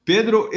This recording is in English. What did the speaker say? Pedro